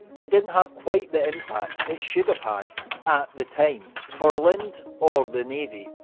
it didn't have quite the impact it should have had at the time, for lind or the navy.